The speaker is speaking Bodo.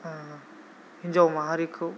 हिनजाव माहारिखौ